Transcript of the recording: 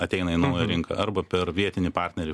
ateina į naują rinką arba per vietinį partnerį